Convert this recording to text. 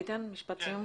איתן, משפט סיום.